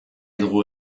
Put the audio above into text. dugu